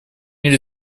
мир